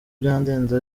byandenze